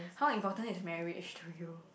how important is marriage to you